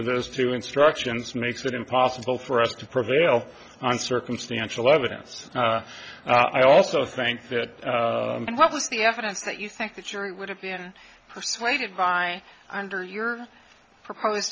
of those two instructions makes it impossible for us to prevail on circumstantial evidence i also think that what was the evidence that you think the jury would have been persuaded by under your proposed